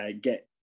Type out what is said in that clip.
get